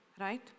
right